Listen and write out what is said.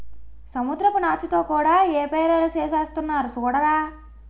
సముద్రపు నాచుతో కూడా యేపారాలు సేసేస్తున్నారు సూడరా